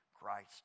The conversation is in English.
Christ